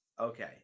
Okay